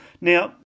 Now